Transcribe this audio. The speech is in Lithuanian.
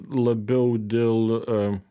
labiau dėl